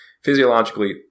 physiologically